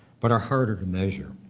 but are harder to measure.